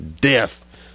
death